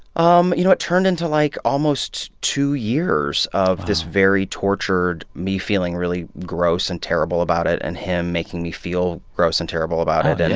um you know, it turned into, like, almost two years of this very tortured me feeling really gross and terrible about it, and him making me feel gross and terrible about it.